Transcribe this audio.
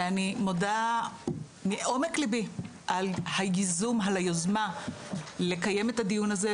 ואני מודה מעומק ליבי על היוזמה לקיים את הדיון הזה,